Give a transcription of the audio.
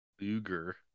Luger